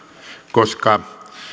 koska